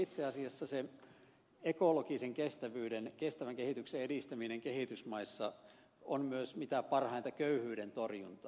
itse asiassa se ekologisen kestävyyden ja kestävän kehityksen edistäminen kehitysmaissa on myös mitä parhainta köyhyyden torjuntaa